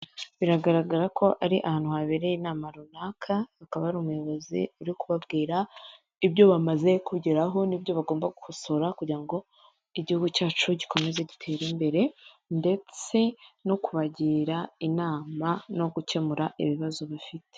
Biragaragara ko ari ahantu habereye inama runaka, hakaba ari umuyobozi uri kubabwira ibyo bamaze kugeraho n'ibyo bagomba gukosora kugira ngo igihugu cyacu gikomeze giterare imbere, ndetse no kubagira inama no gukemura ibibazo bafite.